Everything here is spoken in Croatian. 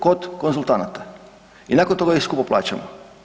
Kod konzultanata i nakon toga ih skupo plaćamo.